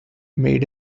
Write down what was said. made